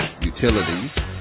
utilities